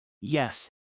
Yes